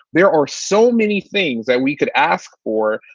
there are so many things that we could ask for.